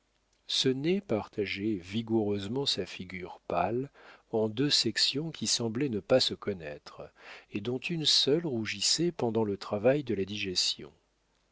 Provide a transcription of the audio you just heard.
ce nez partageait vigoureusement sa figure pâle en deux sections qui semblaient ne pas se connaître et dont une seule rougissait pendant le travail de la digestion